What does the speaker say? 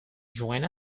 join